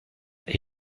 est